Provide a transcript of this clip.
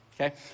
Okay